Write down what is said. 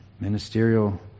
ministerial